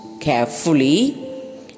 carefully